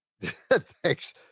Thanks